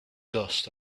dust